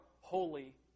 holy